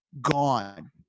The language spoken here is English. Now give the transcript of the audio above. gone